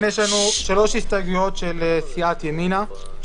יש שלוש הסתייגויות של סיעת ימינה,